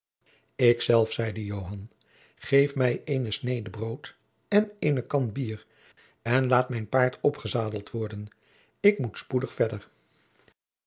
zelf zeide joan geef mij eene snede brood en eene kan bier en laat mijn paard opgezadeld worden ik moet spoedig verder